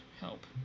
help